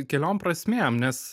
keliom prasmėm nes